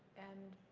and